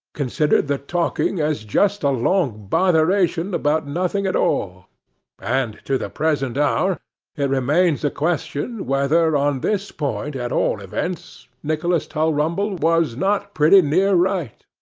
considered the talking as just a long botheration about nothing at all and to the present hour it remains a question, whether, on this point at all events, nicholas tulrumble was not pretty near right.